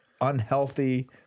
unhealthy